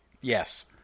yes